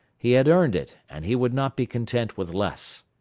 he had earned it, and he would not be content with less.